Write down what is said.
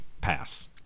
pass